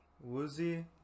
Woozy